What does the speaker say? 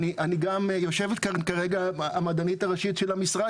גם יושבת כאן כרגע המדענית הראשית של המשרד,